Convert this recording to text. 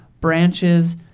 branches